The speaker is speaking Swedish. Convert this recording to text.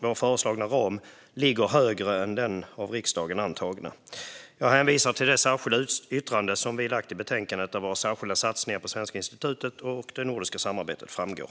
vår föreslagna ram ligger högre än den av riksdagen antagna. Jag hänvisar till det särskilda yttrande som vi har fogat till betänkandet där våra särskilda satsningar på Svenska institutet och det nordiska samarbetet framgår.